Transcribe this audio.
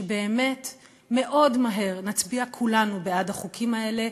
שבאמת מאוד מהר נצביע כולנו בעד החוקים האלה,